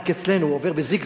רק אצלנו הוא עובר בזיגזג,